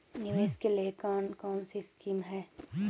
निवेश के लिए कौन कौनसी स्कीम हैं?